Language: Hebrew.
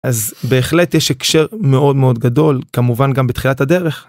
אז בהחלט יש הקשר מאוד מאוד גדול, כמובן גם בתחילת הדרך.